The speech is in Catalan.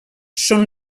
són